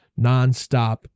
nonstop